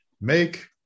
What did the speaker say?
make